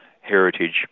heritage